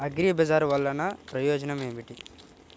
అగ్రిబజార్ వల్లన ప్రయోజనం ఏమిటీ?